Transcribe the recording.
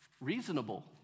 reasonable